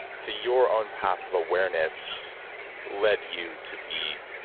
so your own path of awareness led you to be